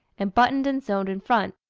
and buttoned and sewn in front.